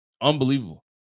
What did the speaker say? unbelievable